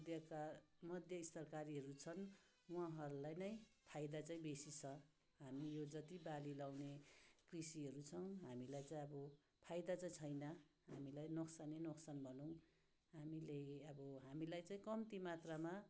मध्यका मध्येस्थकारीहरू छन् उहाँहरूलाई नै फाइदा चाहिँ बेसी छ हामी यो जति बाली लगाउने कृषिहरू छौँ हामीलाई चाहिँ अब फाइदा चाहिँ छैन हामीलाई नोक्सानै नोकेसान भनौँ हामीले अब हामीलाई चाहिँ कम्ती मात्रामा पैसा